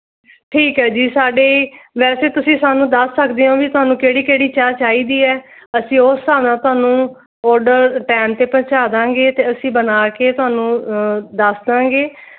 ਠੀਕ ਹੈ ਜੀ ਸਾਡੀ ਵੈਸੇ ਤੁਸੀਂ ਸਾਨੂੰ ਦੱਸ ਸਕਦੇ ਹੋ ਵੀ ਤੁਹਾਨੂੰ ਕਿਹੜੀ ਕਿਹੜੀ ਚਾਹ ਚਾਹੀਦੀ ਹੈ ਅਸੀਂ ਉਸ ਹਿਸਾਬ ਨਾਲ ਤੁਹਾਨੂੰ ਔਰਡਰ ਟਾਈਮ 'ਤੇ ਪਹੁੰਚਾ ਦਾਂਗੇ ਅਤੇ ਅਸੀਂ ਬਣਾ ਕੇ ਤੁਹਾਨੂੰ ਦੱਸ ਦਾਂਗੇ